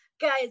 guys